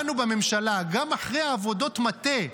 לנו בממשלה, גם אחרי עבודות מטה,